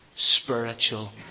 spiritual